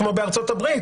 כמו בארצות הברית,